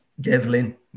Devlin